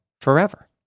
forever